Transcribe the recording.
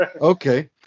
Okay